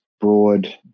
broad